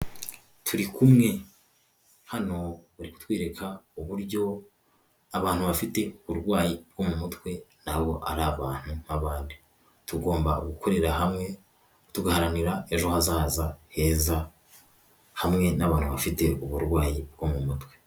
Turi kumwe, hano bari kutwereka uburyo abantu bafite uburwayi bwo mu mutwe na bo ari abantu nk'abandi. Tugomba gukorera hamwe, tugaharanira ejo hazaza heza hamwe n'abantu bafite uburwayi bwo mu mutwe.